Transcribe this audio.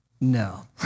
No